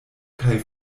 kaj